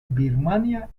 birmania